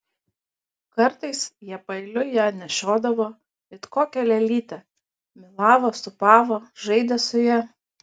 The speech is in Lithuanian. kartais jie paeiliui ją nešiodavo it kokią lėlytę mylavo sūpavo žaidė su ja